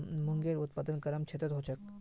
मूंगेर उत्पादन गरम क्षेत्रत ह छेक